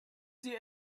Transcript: sie